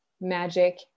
magic